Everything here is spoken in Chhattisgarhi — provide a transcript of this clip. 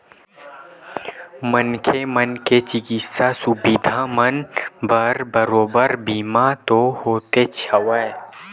मनखे मन के चिकित्सा सुबिधा मन बर बरोबर बीमा तो होतेच हवय